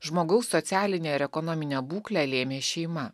žmogaus socialinę ir ekonominę būklę lėmė šeima